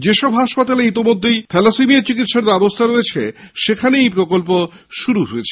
যে সমস্ত হাসপাতালে ইতিমধ্যেই থ্যালাসেমিয়া চিকিৎসার ব্যবস্হা রয়েছে সেখানেই এই প্রকল্প শুরু হয়েছে